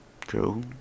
True